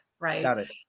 Right